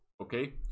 okay